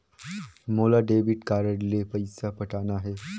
मोला debit card ले पइसा पटाना हे?